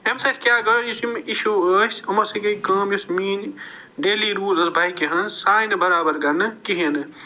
اَمہِ سۭتۍ کیٛاہ گوٚو یُس یِم اِشوٗ ٲسی یِمو سۭتۍ گٔے کٲم یُس مین ڈیلی روز ٲسۍ بایکہِ ہٕنٛز سۅ آیہِ نہٕ برابر کَرنہٕ کِہیٖنٛۍ نہٕ